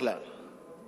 בכלל.